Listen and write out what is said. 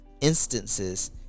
instances